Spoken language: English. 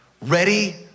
ready